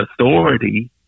authority